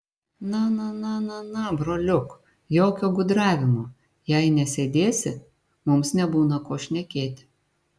na na na na na broliuk jokio gudravimo jei nesėdėsi mums nebūna ko šnekėti